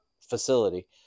facility